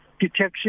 detection